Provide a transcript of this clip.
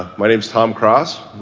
my name is tom cross